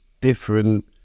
different